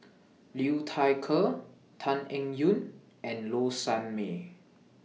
Liu Thai Ker Tan Eng Yoon and Low Sanmay